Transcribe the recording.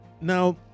Now